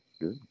good